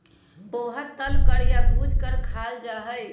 पोहा तल कर या भूज कर खाल जा हई